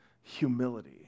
humility